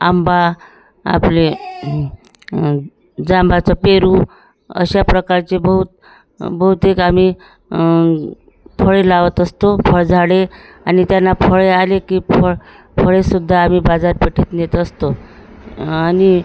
आंबा आपले जांभाचं पेरू अशा प्रकारचे बहुत बहुतेक आम्ही फळे लावत असतो फळझाडे आणि त्यांना फळे आले की फळ फळेसुद्धा आम्ही बाजारपेठेत नेत असतो आणि